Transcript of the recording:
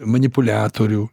ir manipuliatorių